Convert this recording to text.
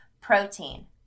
Protein